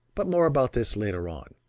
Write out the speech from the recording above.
but more about this later on,